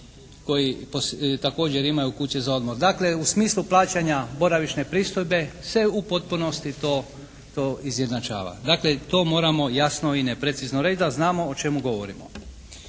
koji također imaju kuće za odmor. Dakle, u smislu plaćanja boravišne pristojbe se u potpunosti to izjednačava. Dakle, to moramo jasno i neprecizno reći da znamo o čemu govorimo.